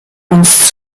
uns